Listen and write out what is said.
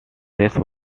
these